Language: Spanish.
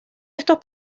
estos